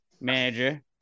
manager